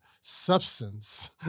substance